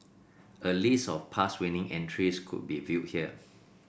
a list of past winning entries could be viewed here